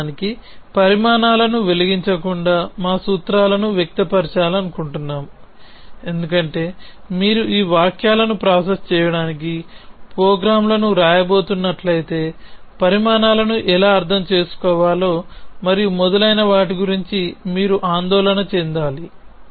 వాస్తవానికి పరిమాణాలను వెలిగించకుండా మా సూత్రాలను వ్యక్తపరచాలనుకుంటున్నాము ఎందుకంటే మీరు ఈ వాక్యాలను ప్రాసెస్ చేయడానికి ప్రోగ్రామ్లను వ్రాయబోతున్నట్లయితే పరిమాణాలను ఎలా అర్థం చేసుకోవాలో మరియు మొదలైన వాటి గురించి మీరు ఆందోళన చెందాలి